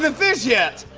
and fish yet!